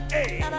Hey